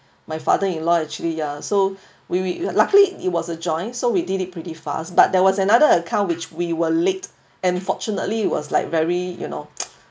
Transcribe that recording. my father in law actually ya so we we luckily it was a joint so we did it pretty fast but there was another account which we were late and fortunately was like very you know